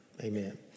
amen